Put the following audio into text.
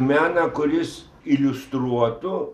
meną kuris iliustruotų